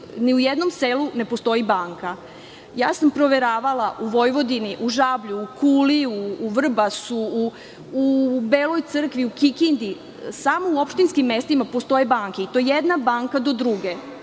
Ni u jednom selu ne postoji banka. Proveravala sam u Vojvodini, u Žablju, u Kuli, u Vrbasu, u Beloj Crkvi, u Kikindi, samo u opštinskim mestima postoje banke i to jedna banka do druge.